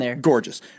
gorgeous